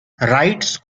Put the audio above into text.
rights